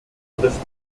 tourismus